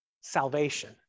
salvation